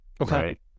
Okay